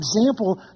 example